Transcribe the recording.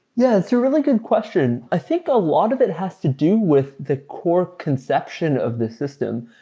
yeah, it's a really good question. i think a lot of it has to do with the core conception of the system.